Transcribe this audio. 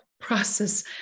process